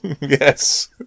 Yes